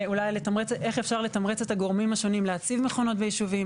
איך אפשר לתמרץ את הגורמים השונים להציב מכונות ביישובים,